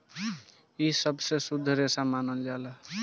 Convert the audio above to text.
इ सबसे शुद्ध रेसा मानल जाला